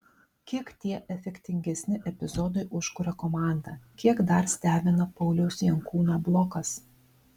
kiek tie efektingesni epizodai užkuria komandą kiek dar stebina pauliaus jankūno blokas